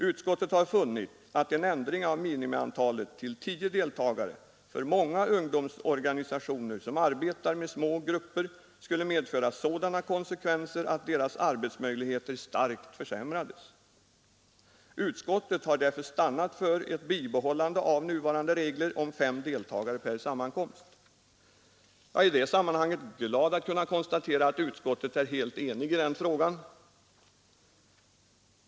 Utskottet har funnit att en ändring av minimiantalet till tio deltagare för många ungdomsorganisationer som arbetar med små grupper skulle medföra sådana konsekvenser att deras arbetsmöjligheter starkt försämrades. Utskottet har därför stannat för ett bibehållande av nuvarande regler om fem deltagare per sammankomst. Jag är glad att kunna konstatera att utskottet är helt enigt i den frågan.